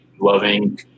loving